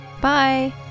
Bye